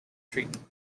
treatment